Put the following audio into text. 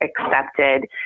accepted